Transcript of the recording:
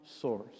source